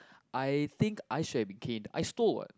I think I should had been cane I stole what